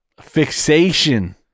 fixation